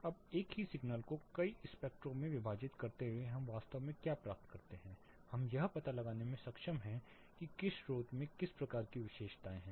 अब एक ही सिग्नल को कई स्पेक्ट्रो में विभाजित करते हुए कि हम वास्तव में क्या प्राप्त करते हैं हम यह पता लगाने में सक्षम हैं कि किस स्रोत में किस प्रकार की विशेषताएं हैं